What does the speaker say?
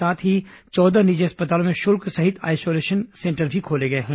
साथ ही चौदह निजी अस्पतालों में शुल्क सहित आइसोलेशन सेंटर भी खोले हैं